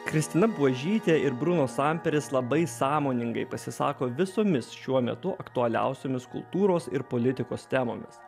kristina buožytė ir bruno samperis labai sąmoningai pasisako visomis šiuo metu aktualiausiomis kultūros ir politikos temomis